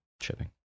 shipping